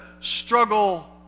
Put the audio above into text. struggle